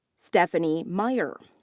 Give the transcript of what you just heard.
stephanie meier.